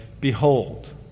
Behold